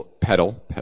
pedal